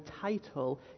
title